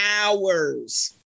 hours